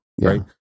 right